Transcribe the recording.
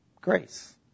grace